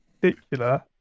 particular